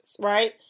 right